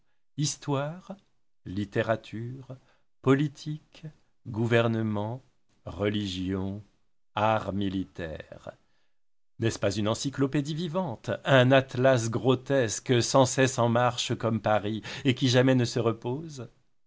histoire littérature politique gouvernement religion art militaire n'est-ce pas une encyclopédie vivante un atlas grotesque sans cesse en marche comme paris et qui jamais ne repose